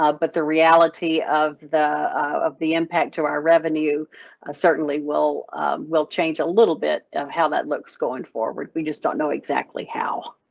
but the reality of the of the impact to our revenue ah certainly will will change a little bit of how that looks going forward. we just don't know exactly how.